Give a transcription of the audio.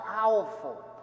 powerful